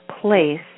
place